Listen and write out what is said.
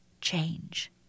change